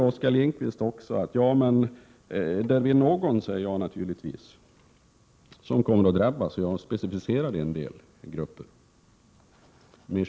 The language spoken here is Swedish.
Oskar Lindkvist noterade att jag sade att någon naturligtvis kommer att drabbas — och jag har en specificerad indelning i grupper.